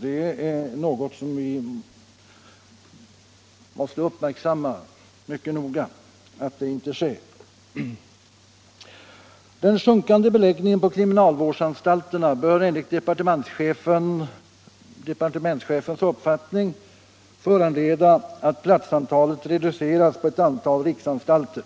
Vi måste mycket noga bevaka att så inte sker. Den sjunkande beläggningen på kriminalvårdsanstalterna bör enligt departementschefens uppfattning föranleda att platsantalet reduceras på ett antal riksanstalter.